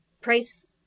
Price